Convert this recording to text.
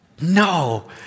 No